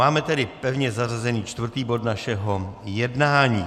Máme tedy pevně zařazený čtvrtý bod našeho jednání.